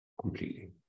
Completely